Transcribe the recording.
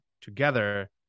together